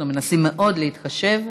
אנחנו מנסים מאוד להתחשב,